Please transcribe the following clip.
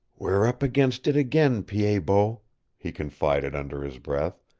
we're up against it again, pied-bot, he confided under his breath.